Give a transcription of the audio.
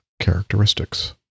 characteristics